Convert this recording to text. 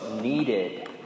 needed